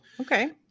Okay